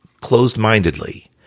closed-mindedly